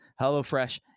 HelloFresh